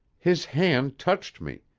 his hand touched me.